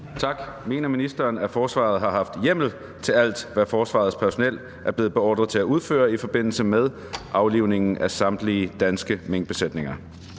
(KF): Mener ministeren, at forsvaret har haft hjemmel til alt, hvad forsvarets personel er blevet beordret til at udføre i forbindelse med aflivningen af samtlige danske minkbesætninger?